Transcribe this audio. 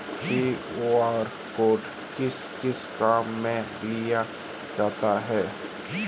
QR code किस किस काम में लिया जाता है?